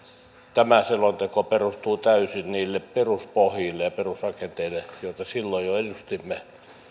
tämä selonteko perustuu täysin niihin peruspohjiin ja perusrakenteisiin joita jo silloin edustimme